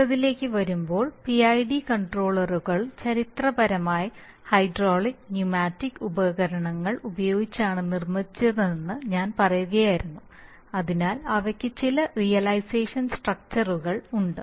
അടുത്തതിലേക്ക് വരുമ്പോൾ പിഐഡി കൺട്രോളറുകൾ ചരിത്രപരമായി ഹൈഡ്രോളിക് ന്യൂമാറ്റിക് ഉപകരണങ്ങൾ ഉപയോഗിച്ചാണ് നിർമ്മിച്ചതെന്ന് ഞാൻ പറയുകയായിരുന്നു അതിനാൽ അവയ്ക്ക് ചില റിയലൈസേഷൻ സ്ട്രക്ചർ ഉകൾ ഉണ്ട്